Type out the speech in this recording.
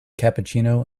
cappuccino